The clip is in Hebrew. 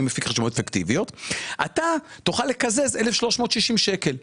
אני מפיק חשבוניות פיקטיביות אתה תוכל לקזז 1,360 שקלים.